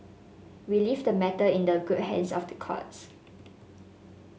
we leave the matter in the good hands of the courts